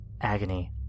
agony